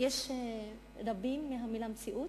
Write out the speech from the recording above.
לשתי אוכלוסיות.